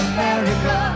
America